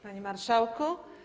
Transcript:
Panie Marszałku!